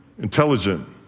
intelligent